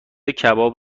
کباب